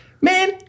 man